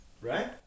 Right